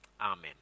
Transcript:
Amen